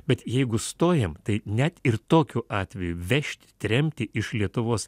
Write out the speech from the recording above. bet jeigu stojam tai net ir tokiu atveju vežti tremti iš lietuvos